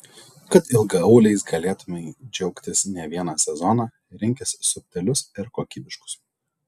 kad ilgaauliais galėtumei džiaugtis ne vieną sezoną rinkis subtilius ir kokybiškus